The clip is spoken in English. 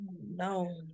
no